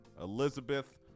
Elizabeth